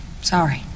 sorry